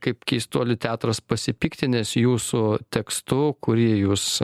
kaip keistuolių teatras pasipiktinęs jūsų tekstu kurį jūs